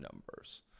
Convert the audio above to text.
numbers